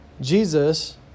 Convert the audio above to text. Jesus